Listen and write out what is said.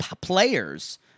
players